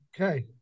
okay